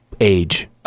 age